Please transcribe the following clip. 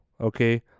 okay